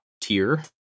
tier